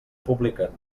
publiquen